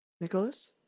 Nicholas